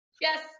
Yes